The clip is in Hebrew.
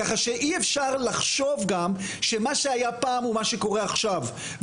ככה שאי אפשר לחשוב גם שמה שהיה פעם הוא מה שקורה עכשיו.